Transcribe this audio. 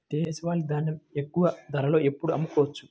దేశవాలి ధాన్యం ఎక్కువ ధరలో ఎప్పుడు అమ్ముకోవచ్చు?